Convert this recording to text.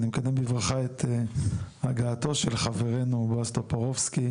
אני מקדם בברכה את הגעתו של חבר הכנסת בועז טופורובסקי.